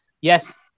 yes